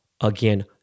again